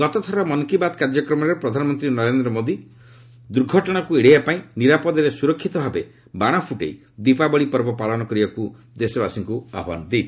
ଗତଥରର ମନ୍ କୀ ବାତ୍ କାର୍ଯ୍ୟକ୍ରମରେ ପ୍ରଧାନମନ୍ତ୍ରୀ ନରେନ୍ଦ୍ର ମୋଦି ଦୂର୍ଘଟଣାକୁ ଏଡ଼ାଇବାପାଇଁ ନିରାପଦରେ ଓ ସୁରକ୍ଷିତ ଭାବରେ ଦୀପାବଳୀ ପର୍ବ ପାଳନ କରିବାପାଇଁ ଦେଶବାସୀଙ୍କ ଆହ୍ୱାନ ଦେଇଥିଲେ